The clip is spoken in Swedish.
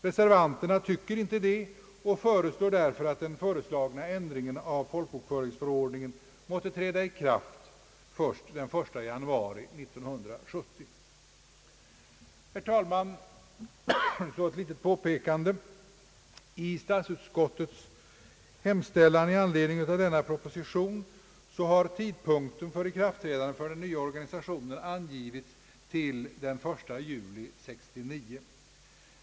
Reservanterna tycker inte det och föreslår därför att ändringen av folkbokföringsförordningen måtte träda i kraft först den 1 januari 1970. Herr talman! Så ett litet påpekande. I statsutskottets hemställan med anledning av denna proposition har tidpunkten för ikraftträdandet av den nya organisationen angivits till den 1 juli 1969.